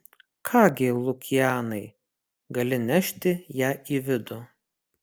ką gi lukianai gali nešti ją į vidų